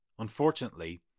Unfortunately